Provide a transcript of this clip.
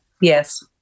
Yes